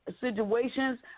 situations